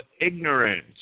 ignorance